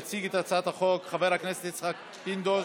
יציג את הצעת החוק חבר הכנסת יצחק פינדרוס,